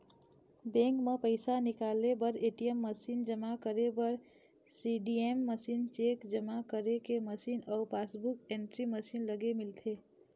bank म पइसा निकाले बर ए.टी.एम मसीन, जमा करे बर सीडीएम मशीन, चेक जमा करे के मशीन अउ पासबूक एंटरी मशीन लगे मिलथे